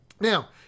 Now